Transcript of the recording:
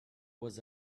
was